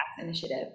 initiative